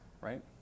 right